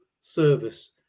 service